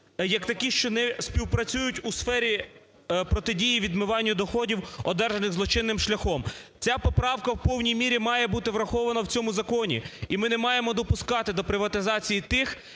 як такі, що не співпрацюють у сфері протидії відмиванню доходів, одержаних злочинним шляхом. Ця поправка у повній мірі має бути врахована в цьому законі, і ми не маємо допускати до приватизації тих,